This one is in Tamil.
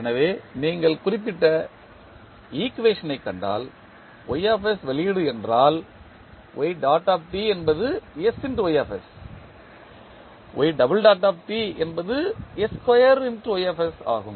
எனவே நீங்கள் குறிப்பிட்ட ஈக்குவேஷன் ஐக் கண்டால் வெளியீடு என்றால் என்பது என்பது ஆகும்